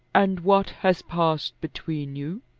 and what has passed between you?